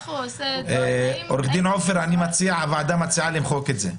עורך הדין עופר, הוועדה מציעה למחוק את זה.